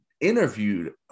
interviewed